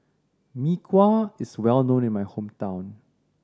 Mee Kuah is well known in my hometown